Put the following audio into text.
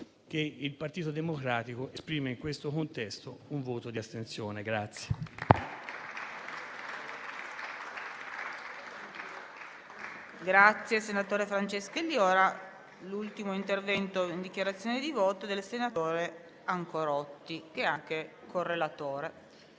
il Partito Democratico esprime in questo contesto un voto di astensione.